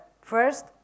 first